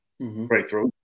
breakthrough